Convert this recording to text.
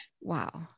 Wow